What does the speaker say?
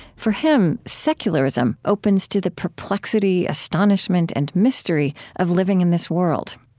for him, secularism opens to the perplexity, astonishment, and mystery of living in this world.